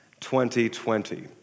2020